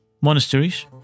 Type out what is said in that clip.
Monasteries